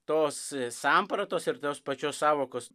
tos sampratos ir tos pačios sąvokos